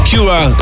Cura